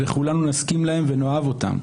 וכולנו נסכים להם ונאהב אותם.